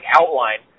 outline